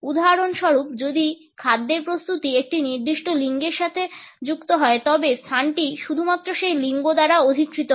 উদাহরণস্বরূপ যদি খাদ্যের প্রস্তুতি একটি নির্দিষ্ট লিঙ্গের সাথে যুক্ত হয় তবে স্থানটি শুধুমাত্র সেই লিঙ্গ দ্বারা অধিকৃত হয়